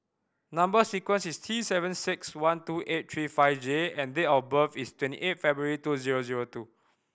number sequence is T seven six one two eight three five J and date of birth is twenty eight February two zero zero two